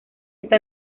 está